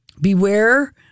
beware